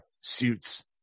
Suits